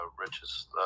richest